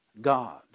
God